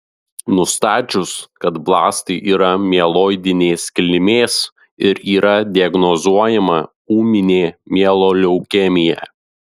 nustačius kad blastai yra mieloidinės kilmės ir yra diagnozuojama ūminė mieloleukemija